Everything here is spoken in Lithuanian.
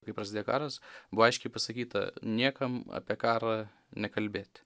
kai prasidėjo karas buvo aiškiai pasakyta niekam apie karą nekalbėti